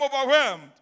overwhelmed